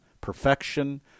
perfection